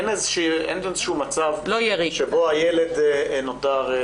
אין מצב שבו הילד נותר?